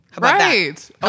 Right